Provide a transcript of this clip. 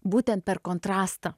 būtent per kontrastą